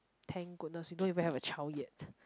thank goodness we don't even have a child yet